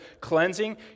cleansing